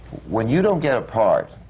when you don't get a part,